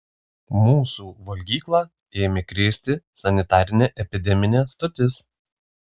mūsų valgyklą ėmė krėsti sanitarinė epideminė stotis